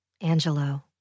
Angelo